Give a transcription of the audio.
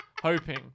hoping